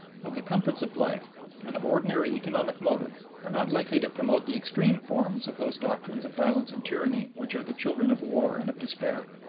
of the comforts of life and of ordinary economic motive are not likely to promote the extreme forms of those doctrines of violence and tyranny which are the children of war and of despair.